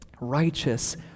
righteous